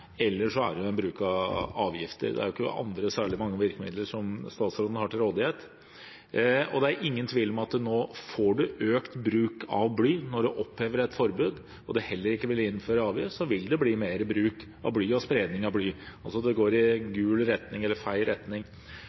bruk av avgifter. Det er ikke særlig mange andre virkemidler som statsråden har til rådighet. Det er ingen tvil om at man nå får økt bruk av bly, når man opphever et forbud. Og når man heller ikke vil innføre avgift, vil det bli mer bruk og spredning av bly. Det går altså i feil retning.